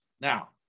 Now